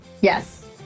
yes